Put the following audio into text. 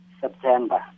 September